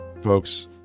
folks